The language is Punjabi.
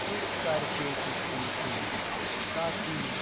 ਇਸ ਕਰਕੇ ਕੀਤੀ ਸੀ ਤਾਂ ਕਿ